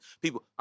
people